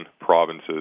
provinces